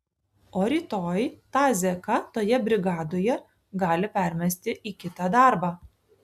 o rytoj tą zeką toje brigadoje gali permesti į kitą darbą